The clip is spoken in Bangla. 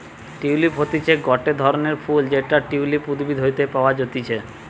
টিউলিপ হতিছে গটে ধরণের ফুল যেটা টিউলিপ উদ্ভিদ হইতে পাওয়া যাতিছে